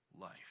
life